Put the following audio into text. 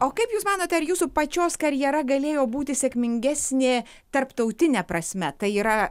o kaip jūs manot ar jūsų pačios karjera galėjo būti sėkmingesnė tarptautine prasme tai yra